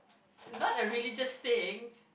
not a religious thing